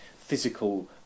physical